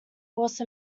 horse